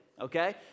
okay